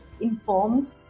informed